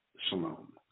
Shalom